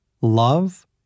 love